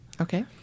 Okay